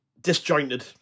disjointed